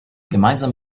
gemeinsam